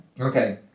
Okay